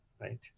Right